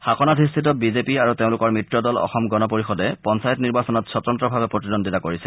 শাসনাধীস্থ BJP আৰু তেওঁলোকৰ মিত্ৰ দল অসম গণ পৰিষদে পঞ্চায়ত নিৰ্বাচনত স্বতন্ত্ৰভাৱে প্ৰতিদ্বন্দ্বিতা কৰিছে